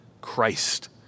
Christ